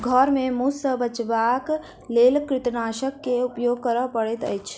घर में मूस सॅ बचावक लेल कृंतकनाशक के उपयोग करअ पड़ैत अछि